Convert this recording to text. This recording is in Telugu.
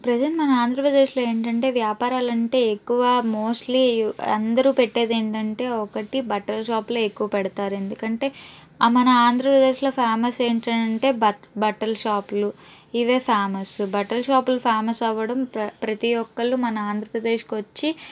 ప్రెసెంట్ మన ఆంధ్రప్రదేశ్లో వ్యాపారాలంటే ఎక్కువ మోస్ట్లీ అందరూ పెట్టేది ఏంటంటే ఒకటి బట్టలు షాప్లే ఎక్కువ పెడతారు ఎందుకంటే మన ఆంధ్రప్రదేశ్లో ఫేమస్ ఏంటంటే బట్ట బట్టల షాపులు ఇదే ఫేమస్ బట్టలు షాపులు ఫేమస్ అవ్వడం ప్రతీ ఒక్కళ్ళు మన ఆంధ్రప్రదేశ్కొచ్చి